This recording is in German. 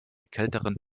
kälteren